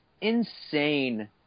insane